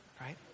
right